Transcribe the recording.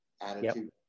attitude